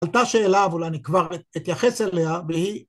עלתה שאלה אבל אני כבר אתייחס אליה והיא